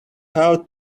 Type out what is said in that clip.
how